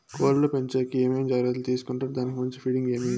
కోళ్ల పెంచేకి ఏమేమి జాగ్రత్తలు తీసుకొంటారు? దానికి మంచి ఫీడింగ్ ఏమి?